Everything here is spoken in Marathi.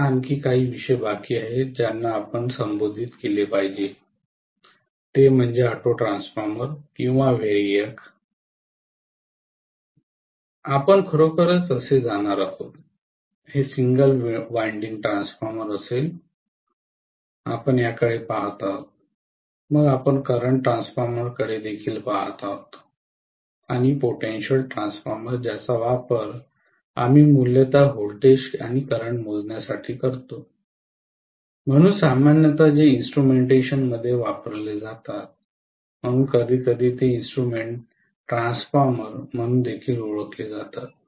आता आणखी काही विषय बाकी आहेत ज्यांना आपण संबोधित केले पाहिजे ते म्हणजे ऑटो ट्रान्सफॉर्मर किंवा व्हेरॅक आपण खरोखर कसे जाणार आहोत हे सिंगल विंडिंग ट्रान्सफॉर्मर असेल आपण याकडे पाहत आहोत मग आपण करंट ट्रान्सफॉर्मर कडे देखील पाहत आहोत आणि पोटेंशल ट्रान्सफॉर्मर ज्याचा वापर आम्ही मूलत व्होल्टेजेस आणि करंट मोजण्यासाठी करतो म्हणून सामान्यत ते इन्स्ट्रुमेंटेशन मध्ये वापरले जातात म्हणून कधीकधी ते इन्स्ट्रुमेंट ट्रान्सफॉर्मर म्हणून देखील ओळखले जातात